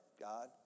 God